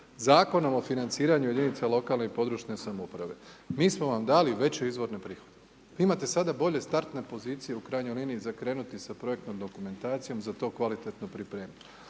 Zakonom o financiranju jedinica lokalne i područne samouprave mi smo vam dali veće izvorne prihode. Vi imate sada bolje startne pozicije u krajnjoj liniji za krenuti sa projektnom dokumentacijom, za to kvalitetno pripremiti,